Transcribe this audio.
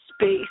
Space